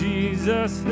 Jesus